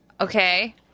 Okay